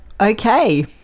Okay